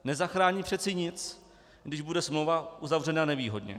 Nezachrání přeci nic, když bude smlouva uzavřena nevýhodně.